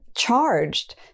charged